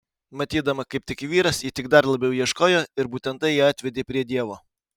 matydama kaip tiki vyras ji tik dar labiau ieškojo ir būtent tai ją atvedė prie dievo